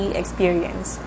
experience